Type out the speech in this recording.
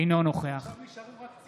אינה נוכחת רם בן ברק,